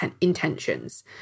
intentions